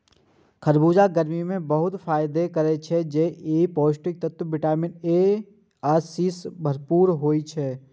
खरबूजा गर्मी मे बहुत फायदा करै छै आ ई पौष्टिक तत्व विटामिन ए आ सी सं भरपूर होइ छै